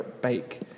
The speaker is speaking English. bake